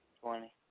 Twenty